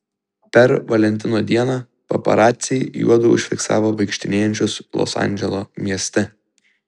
per valentino dieną paparaciai juodu užfiksavo vaikštinėjančius los andželo mieste